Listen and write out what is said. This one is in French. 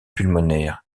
pulmonaires